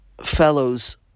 fellow's